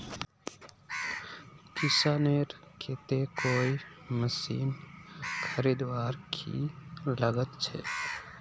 किसानेर केते कोई मशीन खरीदवार की लागत छे?